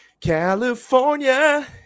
California